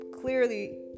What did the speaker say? clearly